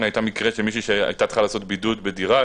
היה מקרה של מישהי שהייתה צריכה לעשות בידוד בדירה,